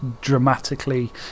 dramatically